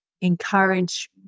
encourage